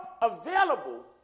available